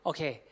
Okay